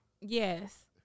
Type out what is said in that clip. Yes